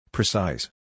Precise